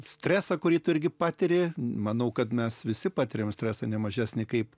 stresą kurį tu irgi patiri manau kad mes visi patiriame stresą ne mažesnį kaip